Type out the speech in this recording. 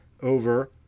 over